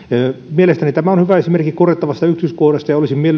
mielestäni tämä on hyvä esimerkki korjattavasta yksityiskohdasta ja olisin